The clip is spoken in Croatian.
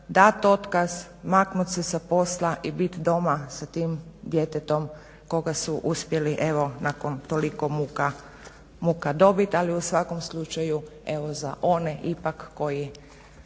dat otkaz, maknut se sa posla i bit doma sa tim djetetom koga su uspjeli evo nakon toliko muka dobiti ali u svakom slučaju za one ipak koji